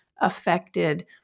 affected